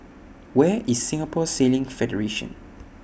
Where IS Singapore Sailing Federation